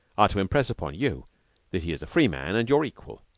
are to impress upon you that he is a free man and your equal.